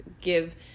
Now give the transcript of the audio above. give